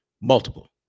multiple